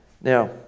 Now